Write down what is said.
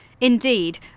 Indeed